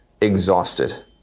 exhausted